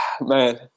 Man